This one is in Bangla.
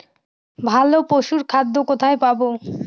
ভালো পশুর খাদ্য কোথায় পাবো?